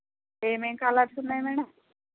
ఏమేం కలర్స్ ఉన్నాయి మేడం